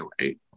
right